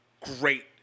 great